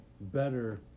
better